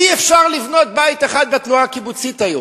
אי-אפשר לבנות בית אחד בתנועה הקיבוצית היום.